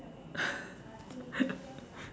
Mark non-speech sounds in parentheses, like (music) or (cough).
(breath) (laughs)